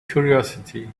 curiosity